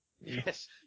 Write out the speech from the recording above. Yes